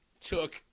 took